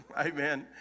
Amen